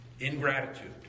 Ingratitude